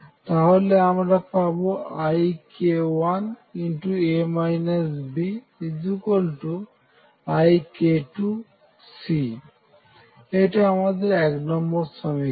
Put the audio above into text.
তাহলে আমরা পাবো ik1A Bik2C এটা আমাদের এক নম্বর সমীকরণ